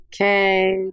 Okay